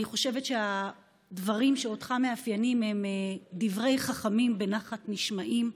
אני חושבת שהדברים שמאפיינים אותך הם "דברי חכמים בנחת נשמעים".